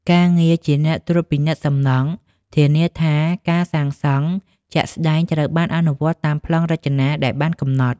ការងារជាអ្នកត្រួតពិនិត្យសំណង់ ធានាថាការសាងសង់ជាក់ស្តែងត្រូវបានអនុវត្តតាមប្លង់រចនាដែលបានកំណត់។